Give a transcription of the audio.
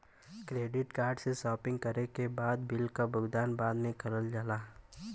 credit card से shopping करे के बाद बिल क भुगतान बाद में करल जाला